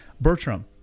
Bertram